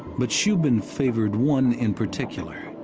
but shubin favored one in particular